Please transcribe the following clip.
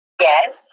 Yes